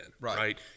right